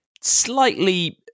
slightly